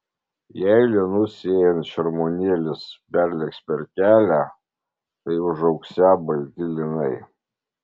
jei linus sėjant šermuonėlis perlėks per kelią tai užaugsią balti linai